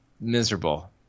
Miserable